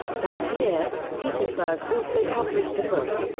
that year, petersburg also published a book,